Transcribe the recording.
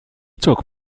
took